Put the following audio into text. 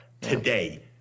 Today